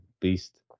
beast